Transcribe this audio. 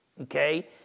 okay